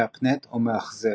מהפנט - ומאכזב,